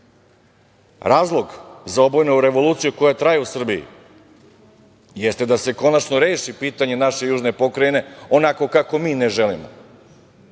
za obojenu revoluciju koja traje u Srbiji jeste da se konačno reši pitanje naše južne pokrajine onako kako mi ne želimo,